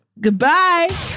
Goodbye